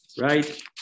right